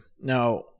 Now